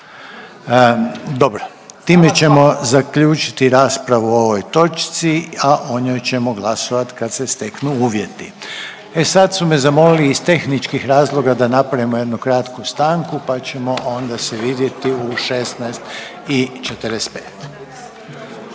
Dobro, time ćemo zaključiti raspravu o ovoj točci, a o njoj ćemo glasovat kad se steknu uvjeti. E sad su me zamolili iz tehničkih razloga da napravimo jednu kratku stanku, pa ćemo onda se vidjeti i 16,45.